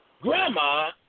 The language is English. grandma